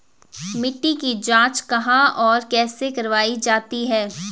मिट्टी की जाँच कहाँ और कैसे करवायी जाती है?